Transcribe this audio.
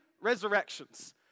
resurrections